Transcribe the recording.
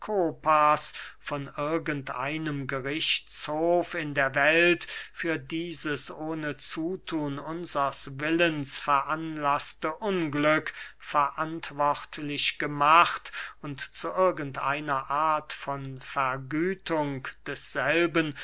von irgend einem gerichtshof in der welt für dieses ohne zuthun unsers willens veranlaßte unglück verantwortlich gemacht und zu irgend einer art von vergütung desselben